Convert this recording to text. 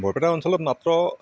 বৰপেটা অঞ্চলত মাত্ৰ